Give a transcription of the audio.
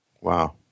wow